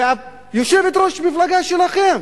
ויושבת-ראש המפלגה שלכם